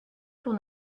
pour